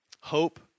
hope